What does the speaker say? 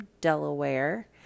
Delaware